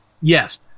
Yes